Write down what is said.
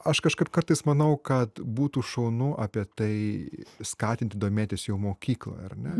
aš kažkaip kartais manau kad būtų šaunu apie tai skatinti domėtis jau mokykloj ar ne